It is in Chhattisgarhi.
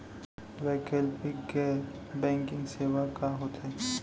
वैकल्पिक गैर बैंकिंग सेवा का होथे?